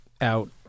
out